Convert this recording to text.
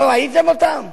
לא ראיתם אותם?